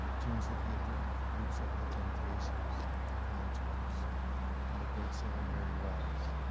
tunes that he had written for groups like the temptations and the contours and the great singer, mary wells.